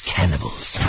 cannibals